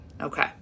Okay